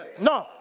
No